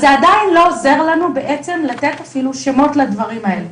זה עדיין לא עוזר לנו לתת שמות לדברים האלה.